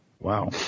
Wow